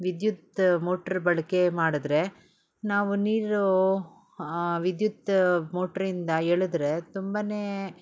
ವಿದ್ಯುತ್ ಮೋಟ್ರ್ ಬಳಕೆ ಮಾಡಿದ್ರೆ ನಾವು ನೀರು ವಿದ್ಯುತ್ ಮೋಟ್ರಿಂದ ಎಳೆದ್ರೆ ತುಂಬ